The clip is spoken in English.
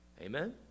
Amen